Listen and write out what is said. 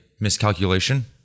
miscalculation